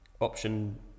option